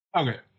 Okay